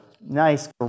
nice